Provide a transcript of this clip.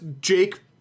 Jake